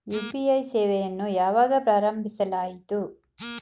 UPI ಸೇವೆಯನ್ನು ಯಾವಾಗ ಪ್ರಾರಂಭಿಸಲಾಯಿತು?